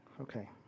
Okay